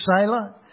sailor